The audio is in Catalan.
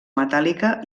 metàl·lica